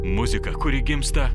muzika kuri gimsta